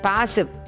Passive